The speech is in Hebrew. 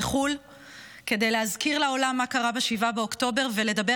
כדי להזכיר לעולם מה קרה ב-7 באוקטובר ולדבר